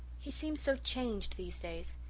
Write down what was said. he seems so changed these days.